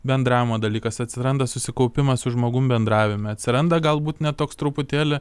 bendravimo dalykas atsiranda susikaupimas su žmogum bendravime atsiranda galbūt net toks truputėlį